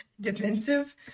defensive